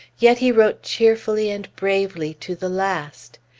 yet he wrote cheerfully and bravely to the last.